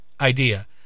idea